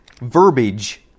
verbiage